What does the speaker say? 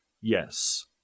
Yes